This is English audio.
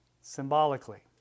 symbolically